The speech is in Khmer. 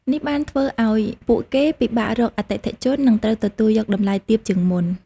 នេះបានធ្វើឱ្យពួកគេពិបាករកអតិថិជន និងត្រូវទទួលយកតម្លៃទាបជាងមុន។